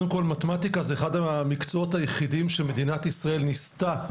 מתמטיקה זה אחד המקצועות היחידים שמדינת ישראל ניסתה